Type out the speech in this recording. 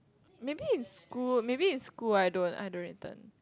maybe in school maybe in school I don't I don't return